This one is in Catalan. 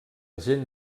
gent